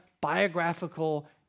biographical